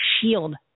shield